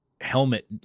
helmet